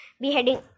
beheading